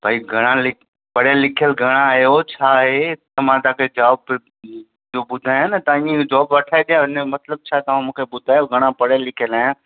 भई घणा लिक पढ़ियलु लिखियलु घणा आहियो छा आहे मां तव्हांखे जॉब जो ॿुधायां न तव्हां इअं ई जॉब वठाए ॾियां इन जो मतिलबु छा तव्हां मूंखे ॿुधायो घणा पढ़ियलु लिखियलु आहियां